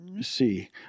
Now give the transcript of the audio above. see